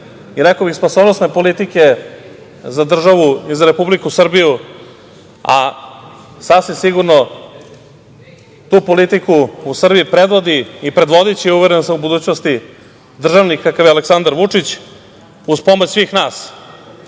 i rekao bih spasonosne politike za državu i za Republiku Srbiju, a sasvim sigurno tu politiku u Srbiji predvodi i predvodiće i uveren sam u budućnosti državnik kakav je Aleksandar Vučić uz pomoć svih